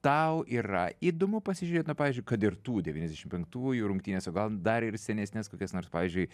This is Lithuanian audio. tau yra įdomu pasižiūrėt na pavyzdžiui kad ir tų devyniasdešimt penktųjų rungtynes o gal dar ir senesnes kokias nors pavyzdžiui